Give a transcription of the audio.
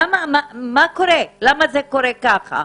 למה זה קורה ככה?